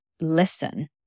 listen